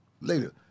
later